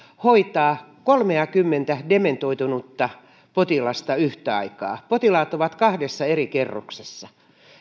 hoitaa kolmeakymmentä dementoitunutta potilasta yhtä aikaa potilaat ovat kahdessa eri kerroksessa